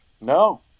No